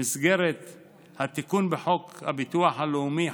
במסגרת התיקון בחוק הביטוח הלאומי,